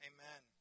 Amen